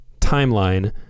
timeline